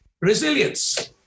resilience